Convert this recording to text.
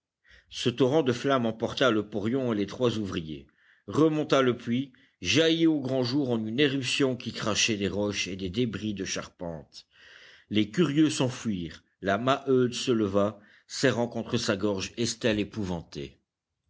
ce torrent de flamme emporta le porion et les trois ouvriers remonta le puits jaillit au grand jour en une éruption qui crachait des roches et des débris de charpente les curieux s'enfuirent la maheude se leva serrant contre sa gorge estelle épouvantée